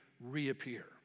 reappear